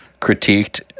critiqued